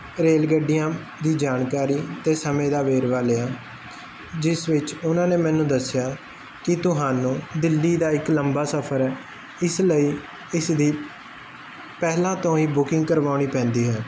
rail ਗੱਡੀਆਂ ਦੀ ਜਾਣਕਾਰੀ ਇਸ ਸਮੇਂ ਦਾ ਵੇਰਵਾ ਲਿਆ ਜਿਸ ਵਿੱਚ ਉਹਨਾਂ ਨੇ ਮੈਨੂੰ ਦੱਸਿਆ ਕਿ ਤੁਹਾਨੂੰ ਦਿੱਲੀ ਦਾ ਇੱਕ ਲੰਬਾ ਸਫਰ ਇਸ ਲਈ ਇਸ ਦੀ ਪਹਿਲਾਂ ਤੋਂ ਹੀ ਬੁਕਿੰਗ ਕਰਵਾਉਣੀ ਪੈਂਦੀ ਹੈ